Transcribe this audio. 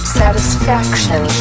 satisfaction